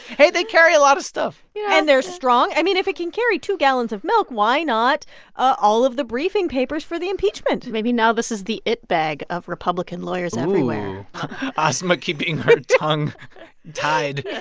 hey, they carry a lot of stuff you know and they're strong. i mean, if it can carry two gallons of milk, why not all of the briefing papers for the impeachment? maybe now, this is the it bag of republican lawyers everywhere asma keeping her tongue tied.